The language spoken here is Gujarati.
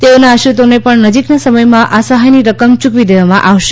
તેઓના આશ્રિતને પણ નજીકના સમયમાં આ સહાયની રકમ યુકવી દેવામાં આવશે